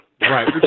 Right